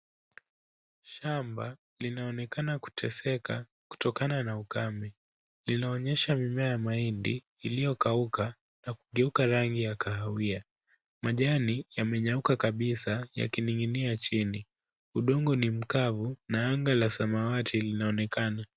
Shamba linaonekana kuteseka kutokana na ukame. Linaonyesha mimea ya mahindi iliyokauka na kugeuka rangi ya kahawia. Majani yamenyauka kabisa yakining'inia chini. Udongo ni mkavu na anga la samawati linaonekana.